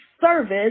service